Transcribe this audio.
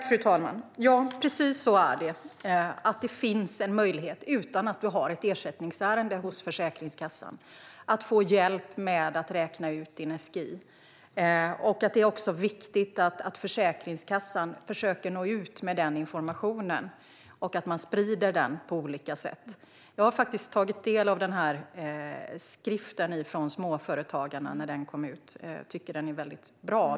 Fru talman! Ja, precis så är det, Lotta Finstorp. Det finns möjlighet att få hjälp med att räkna ut SGI utan att ha ett ersättningsärende hos Försäkringskassan. Det är viktigt att Försäkringskassan försöker nå ut med den informationen och att man sprider den på olika sätt. Jag har tagit del av skriften från Småföretagarnas Riksförbund. Den är väldigt bra.